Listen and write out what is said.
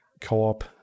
co-op